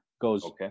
goes